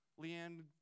Leanne